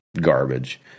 garbage